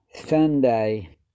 Sunday